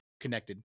connected